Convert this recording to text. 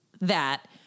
that-